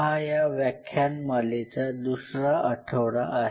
हा या व्याख्यानमालेचा दुसरा आठवडा आहे